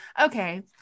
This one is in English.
Okay